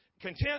Content